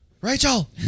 Rachel